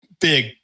big